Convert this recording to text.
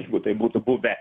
jeigu taip būtų buvę